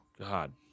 God